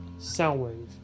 Soundwave